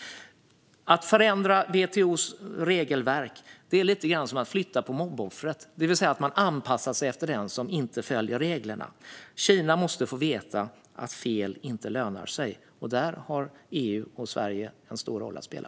Att förändra WTO:s regelverk är lite grann som att flytta på mobboffret, det vill säga att man anpassar sig efter den som inte följer reglerna. Kina måste få veta att fel inte lönar sig, och där har EU och Sverige en stor roll att spela.